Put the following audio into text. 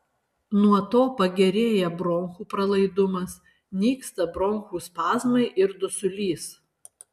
nuo to pagerėja bronchų pralaidumas nyksta bronchų spazmai ir dusulys